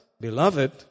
beloved